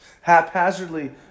Haphazardly